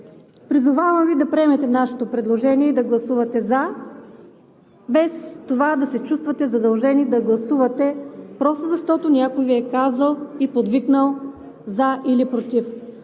Призовавам Ви да приемете нашето предложение и да гласувате за, без за това да се чувствате задължени да гласувате, просто защото някой Ви е казал и подвикнал за или против.